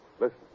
Listen